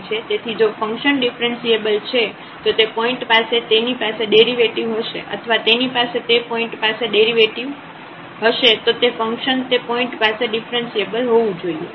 તેથી જો function differentiable છે તો તે પોઇન્ટ પાસે તેની પાસે ડેરિવેટિવ હશે અથવા તેની પાસે તે પોઇન્ટ પાસે ડેરિવેટિવ હશે તો તે ફંકશન તે પોઇન્ટ પાસે ડિફ્રન્સિએબલ હોવું જોઈએ